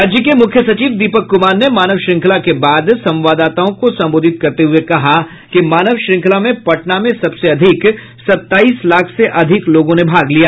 राज्य के मुख्य सचिव दीपक कुमार ने मानव श्रृंखला के बाद संवाददाताओं को संबोधित करते हुये कहा कि मानव श्रृंखला में पटना में सबसे अधिक सत्ताईस लाख से अधिक लोगों ने भाग लिया